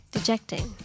Dejecting